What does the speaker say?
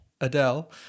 Adele